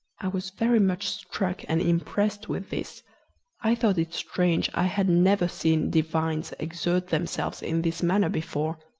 i was very much struck and impressed with this i thought it strange i had never seen divines exert themselves in this manner before,